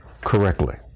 correctly